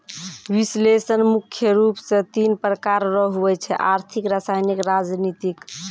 विश्लेषण मुख्य रूप से तीन प्रकार रो हुवै छै आर्थिक रसायनिक राजनीतिक